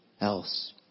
else